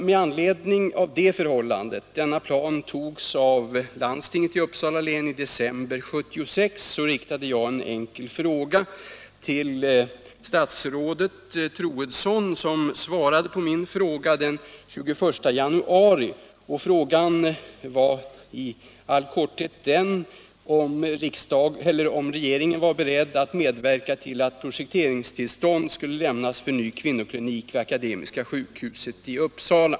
Med anledning av det förhållandet — denna plan antogs av landstinget i Uppsala län i december 1976 — riktade jag en fråga till statsrådet Troedsson, som svarade på den den 21 januari. Frågan var i all korthet om regeringen var beredd att medverka till att projekteringstillstånd skulle lämnas för ny kvinnoklinik vid Akademiska sjukhuset i Uppsala.